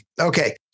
Okay